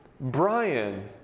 Brian